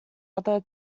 other